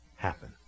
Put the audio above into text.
happen